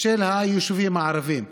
של היישובים הערביים.